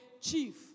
chief